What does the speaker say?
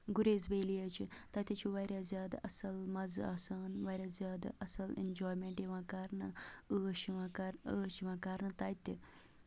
Gurez valley حظ چھِ تَتہِ حظ چھِ واریاہ زیادٕ اَصٕل مَزٕ آسان واریاہ زیادٕ اَصٕل اٮ۪نجایمٮ۪نٹ یِوان کرنہٕ عٲش یِوان کرنہٕ عٲش یِوان کرنہٕ تَتہِ